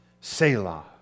Selah